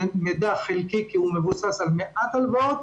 זה מידע חלקי כי הוא מבוסס על מעט הלוואות.